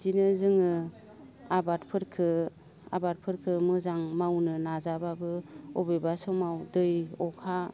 इदिनो जोङो आबादफोरखो आबादफोरखो मोजां मावनो नाजाब्लाबो अबेबा समाव दै अखा